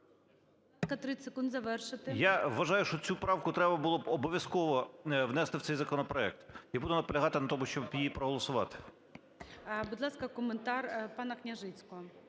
Я вважаю, що цю правку треба було б обов'язково внести в цей законопроект, і буду наполягати на тому, щоб її проголосувати. ГОЛОВУЮЧИЙ. Будь ласка, коментар пана Княжицького.